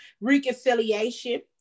Reconciliation